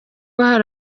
hari